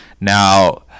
Now